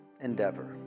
endeavor